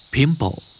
Pimple